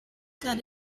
that